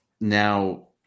Now